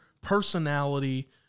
personality